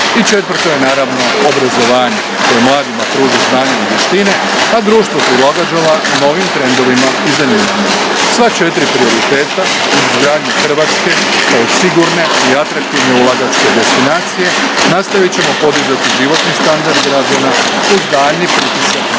I četvrto je naravno, obrazovanje koje mladima pruža znanja i vještine, a društvo prilagođava novim trendovima i zanimanjima. Sa sva četiri prioriteta, uz izgradnju Hrvatske kao sigurne i atraktivne ulagačke destinacije, nastavit ćemo podizati životni standard građana, uz daljnji pritisak